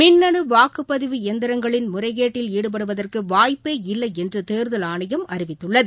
மின்னனு வாக்குப்பதிவு இயந்திரங்களின் முறைகேட்டில் ஈடுபடுவதற்கு வாய்ப்பே இல்லை என்று தேர்தல் ஆணையம் அறிவித்துள்ளது